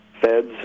feds